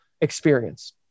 experience